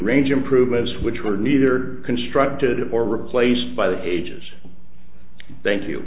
range improvements which were neither constructed or replaced by the ages thank you